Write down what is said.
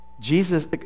Jesus